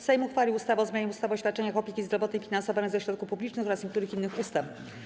Sejm uchwalił ustawę o zmianie ustawy o świadczeniach opieki zdrowotnej finansowanych ze środków publicznych oraz niektórych innych ustaw.